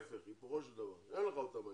ההפך, בהיפוכו של דבר, אין לך אותם היום.